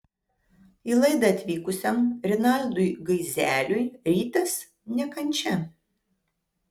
į laidą atvykusiam rinaldui gaizeliui rytas ne kančia